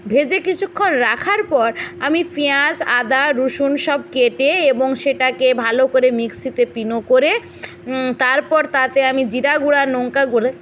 ভেজে কিছুক্ষণ রাখার পর আমি পিঁয়াজ আদা রসুন সব কেটে এবং সেটাকে ভালো করে মিক্সিতে করে তারপর তাতে আমি জিরা গুঁড়ো লঙ্কা গুঁড়ো